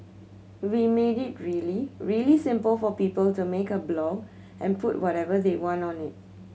we made it really really simple for people to make a blog and put whatever they want on it